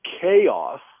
chaos